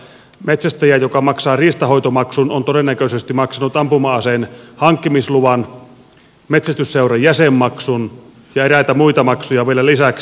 metsästäjä joka maksaa riistanhoitomaksun on todennäköisesti maksanut ampuma aseen hankkimisluvan metsästysseuran jäsenmaksun ja eräitä muita maksuja vielä lisäksi